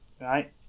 Right